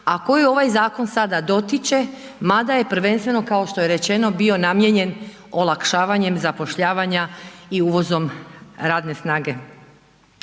a koju ovaj zakon sada dotiče, mada je prvenstveno kao što je rečeno bio namijenjen olakšavanjem zapošljavanja i uvozom radne snage.